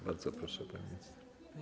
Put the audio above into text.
Bardzo proszę, pani minister.